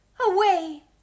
away